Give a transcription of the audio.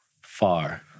Far